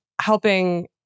helping